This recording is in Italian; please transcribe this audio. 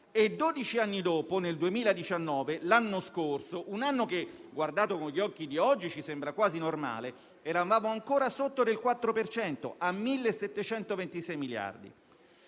anni dopo, nel 2019, l'anno scorso - un anno che, guardato con gli occhi di oggi, ci sembra quasi normale - eravamo ancora sotto del 4 per cento, a 1.726 miliardi.